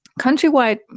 countrywide